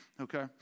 Okay